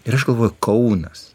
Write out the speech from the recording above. ir aš galvoju kaunas